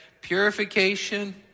purification